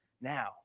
Now